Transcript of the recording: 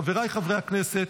חבריי חברי הכנסת,